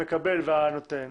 המקבל והנותן,